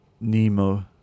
Nemo